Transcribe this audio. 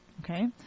Okay